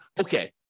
okay